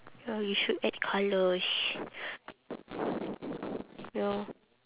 ya you should add colours ya